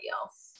else